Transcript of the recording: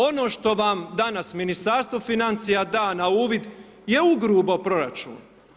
Ono što vam danas Ministarstvo financija da na uvid je ugrubo proračun.